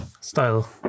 style